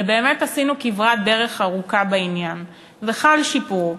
ובאמת עשינו כברת דרך ארוכה בעניין וחל שיפור,